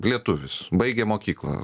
lietuvis baigė mokyklą